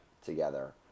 together